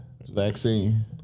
Vaccine